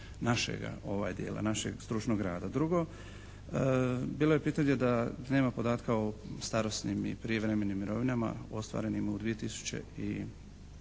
našega dijela, našeg stručnog rada. Drugo, bilo je pitanje da nema podatka o starosnim i privremenim mirovinama ostvarenim u 2005.